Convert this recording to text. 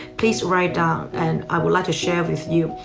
please write down, and i would like to share with you.